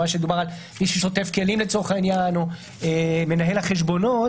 לצורך העניין מי ששוטף כלים או מנהל החשבונות,